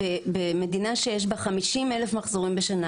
במדינה שיש בה 50 אלף מחזורים בשנה,